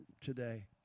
today